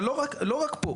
לא רק פה,